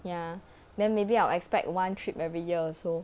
ya then maybe I'll expect one trip every year or so